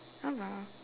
oh well